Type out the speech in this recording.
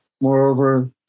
Moreover